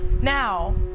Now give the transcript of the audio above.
now